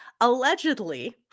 Allegedly